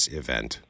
event